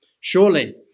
Surely